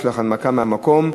יש לך הנמקה מהמקום.